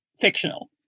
fictional